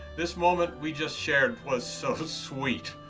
this moment we just shared was so sweet.